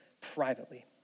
privately